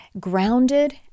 grounded